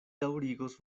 daŭrigos